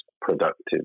productive